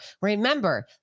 remember